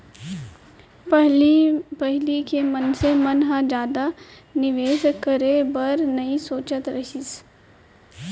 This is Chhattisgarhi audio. पहिली के मनसे मन ह जादा निवेस करे बर नइ सोचत रहिस हावय